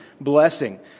blessing